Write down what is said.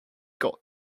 got